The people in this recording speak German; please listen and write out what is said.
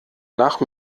nach